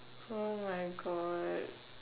oh my god